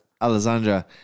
Alessandra